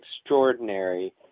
extraordinary